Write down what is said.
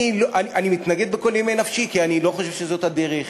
אני מתנגד בכל נימי נפשי כי אני לא חושב שזאת הדרך,